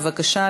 בבקשה,